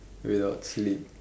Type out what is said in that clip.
without sleep